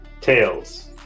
Tails